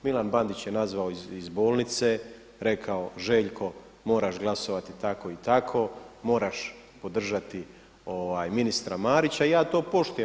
Milan Bandić je nazvao iz bolnice, rekao Željko moraš glasovati tako i tako, moraš podržati ministra Marića i ja to poštujem.